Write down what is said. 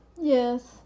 Yes